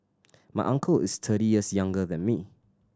my uncle is thirty years younger than me